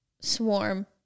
swarm